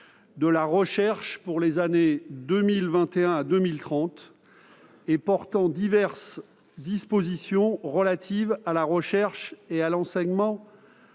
de la recherche pour les années 2021 à 2030 et portant diverses dispositions relatives à la recherche et à l'enseignement